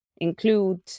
include